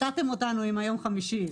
הפתעתם אותנו עם היום חמישי.